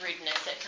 rudeness